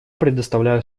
предоставляю